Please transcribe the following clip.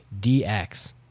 DX